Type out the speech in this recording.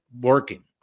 working